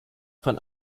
von